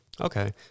Okay